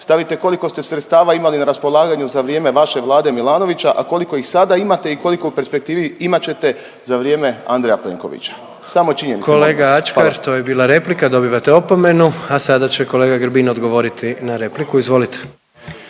stavite koliko ste sredstava imali na raspolaganju za vrijeme vaše vlade Milanovića, a koliko ih sada imate i koliko u perspektivi imat ćete za vrijeme Andreja Plenkovića, samo činjenice molim vas. Hvala. **Jandroković, Gordan (HDZ)** Kolega Ačkar to je bila replika dobivate opomenu. A sada će kolega Grbin odgovoriti na repliku, izvolite.